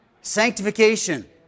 Sanctification